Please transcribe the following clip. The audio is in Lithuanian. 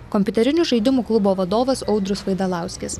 kompiuterinių žaidimų klubo vadovas audrius vaidilauskis